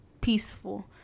peaceful